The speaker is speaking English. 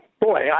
boy